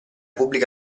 pubblica